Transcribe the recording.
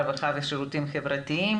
הרווחה והשירותים החברתיים.